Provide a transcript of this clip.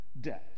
death